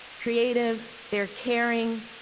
creative, they are caring.